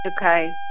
Okay